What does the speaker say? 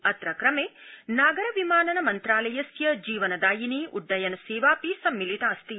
अत्र क्रमे नागर विमानन मन्त्रालयस्य जन जीवनवाहिनी उड्डयन सेवापि सम्मिलितास्ति